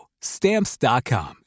Stamps.com